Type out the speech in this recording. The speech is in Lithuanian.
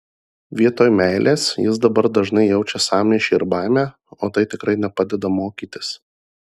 vietoj meilės jis dabar dažnai jaučia sąmyšį ir baimę o tai tikrai nepadeda mokytis